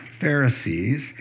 Pharisees